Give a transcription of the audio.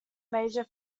major